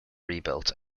rebuilt